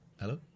Hello